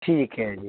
ਠੀਕ ਹੈ ਜੀ